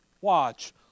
watch